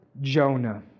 Jonah